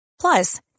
Plus